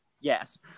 yes